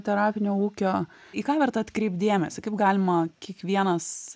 terapinio ūkio į ką verta atkreipt dėmesį kaip galima kiekvienas